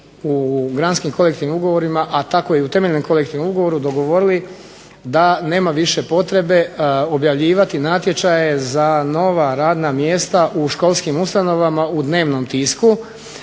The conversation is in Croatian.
u granskim kolektivnim ugovorima a tako i u temeljnom kolektivnom ugovoru dogovorili da nema više potrebe objavljivati natječaje za nova radna mjesta u školskim ustanovama u dnevnom tisku,